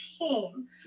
team